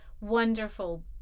wonderful